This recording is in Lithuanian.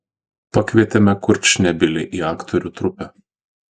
pakvietėme kurčnebylį į aktorių trupę